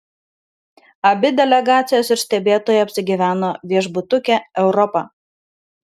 abi delegacijos ir stebėtojai apsigyveno viešbutuke europa